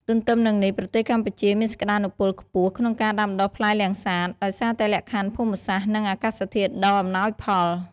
ទន្ទឹមនឹងនេះប្រទេសកម្ពុជាមានសក្ដានុពលខ្ពស់ក្នុងការដាំដុះផ្លែលាំងសាត ដោយសារតែលក្ខខណ្ឌភូមិសាស្ត្រ និងអាកាសធាតុដ៏អំណោយផល។